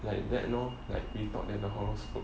like that lor we thought that the horoscope